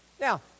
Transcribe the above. Now